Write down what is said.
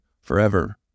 forever